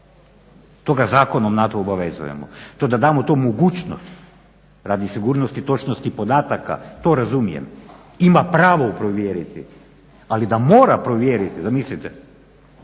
To ga zakonom na to obavezujemo, to da damo tu mogućnost radi sigurnosti točnosti podataka to razumije, ima pavo provjeriti ali da mora provjeriti zamislite.